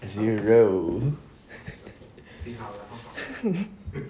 zero